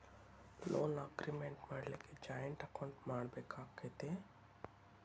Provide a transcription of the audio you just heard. Loan agreement ಮಾಡ್ಲಿಕ್ಕೆ joint account ಮಾಡ್ಬೆಕಾಕ್ಕತೇ?